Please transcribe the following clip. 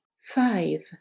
Five